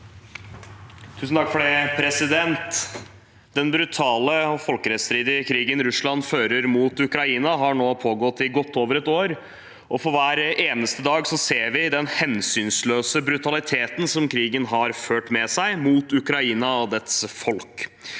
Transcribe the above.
Lund (R) Den brutale og folkerettsstridige krigen Russland fører mot Ukraina, har nå pågått i godt over et år, og for hver eneste dag ser vi den hensynsløse brutaliteten som krigen har ført med seg mot Ukraina og dets folk.